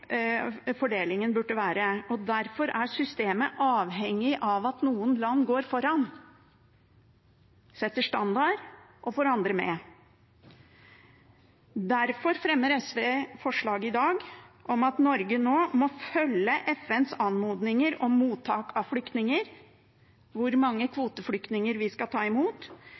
fordelingen burde være, og derfor er systemet avhengig av at noen land går foran, setter standard og får andre med. Derfor fremmer SV forslag i dag om at Norge nå må følge FNs anmodninger om mottak av flyktninger, hvor mange kvoteflyktninger vi skal ta imot,